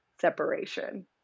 separation